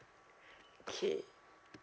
K